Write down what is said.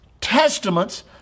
testaments